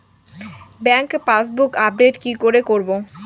Bank passbook update কি করে করবো?